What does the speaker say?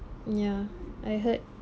ya I heard